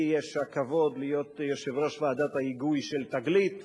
יש לי הכבוד להיות יושב-ראש ועדת ההיגוי של "תגלית",